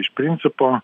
iš principo